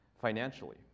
financially